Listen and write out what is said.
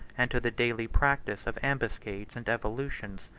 and to the daily practice of ambuscades and evolutions.